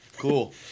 Cool